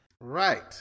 Right